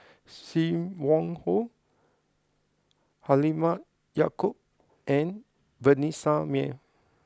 Sim Wong Hoo Halimah Yacob and Vanessa Mae